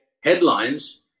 headlines